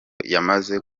yamaze